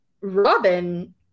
Robin